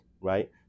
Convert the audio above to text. Right